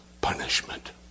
punishment